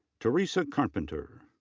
theresa carpenter.